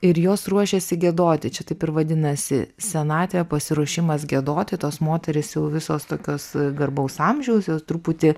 ir jos ruošiasi giedoti čia taip ir vadinasi senatvė pasiruošimas giedoti tos moterys jau visos tokios garbaus amžiaus jos truputį